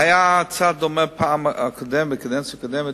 היתה הצעה דומה בקדנציה הקודמת,